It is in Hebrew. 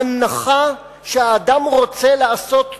הנחה שאדם רוצה לעשות טוב,